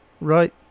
right